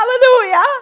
hallelujah